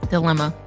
Dilemma